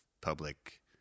public